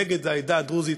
נגד העדה הדרוזית,